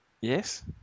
yes